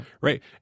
Right